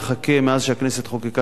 מאז חוקקה הכנסת את החוק,